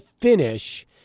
finish